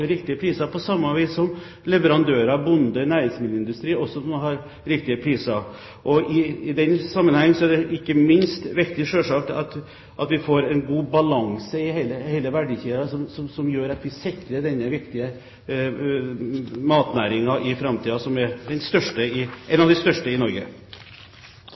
på samme vis som leverandøren, bonden og næringsmiddelindustrien også har riktige priser. I den sammenheng er det selvsagt ikke minst viktig at vi får en god balanse i hele verdikjeden, som gjør at vi sikrer denne viktige matnæringen i framtiden, som er en av de største i Norge.